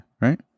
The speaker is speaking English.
Right